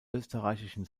österreichischen